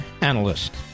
analyst